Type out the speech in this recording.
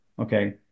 okay